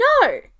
no